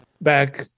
back